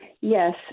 yes